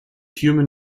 human